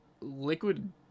Liquid